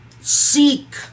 seek